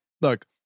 look